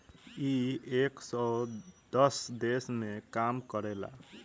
इ एक सौ दस देश मे काम करेला